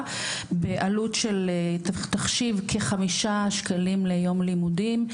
בעלות של תחשיב כ-5 שקלים ליום לימודים.